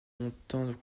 longtemps